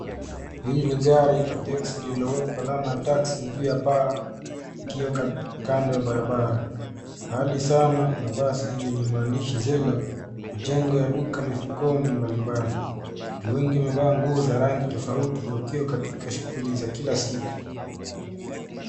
Hii ni gari la teksi lililowekwa alama ya TAXI juu ya paa ikiwa kando ya barabara. Mbali sana kuna basi lenye maandishi ZAYLAL.Majengo ya duka mifukoni mbalimbali. Watu wengi wamevaa nguo za rangi tofauti wakiwa katika shughuli za kila siku.